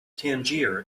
tangier